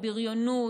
הבריונות,